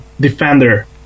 defender